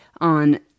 on